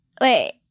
Wait